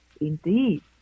indeed